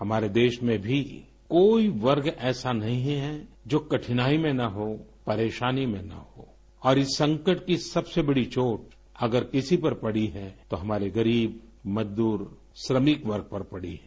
हमारे देश में भी कोई वर्ग ऐसा नहीं है जो कठिनाई में न हो परेशानी में न हो और इस संकट की सबसे बड़ी चोट अगर किसी पर पड़ी है तो हमारे गरीब मजदूर श्रमिक वर्ग पर पड़ी है